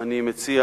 אני מציע